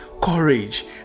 Courage